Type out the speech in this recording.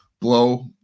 blow